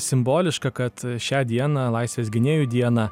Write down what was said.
simboliška kad šią dieną laisvės gynėjų dieną